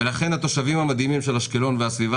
ולכן התושבים המדהימים של אשקלון והסביבה